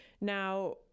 Now